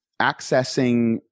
accessing